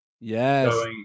Yes